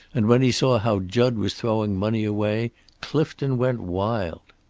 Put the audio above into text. and when he saw how jud was throwing money away clifton went wild.